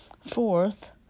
Fourth